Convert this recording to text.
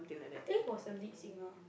I think he was the lead singer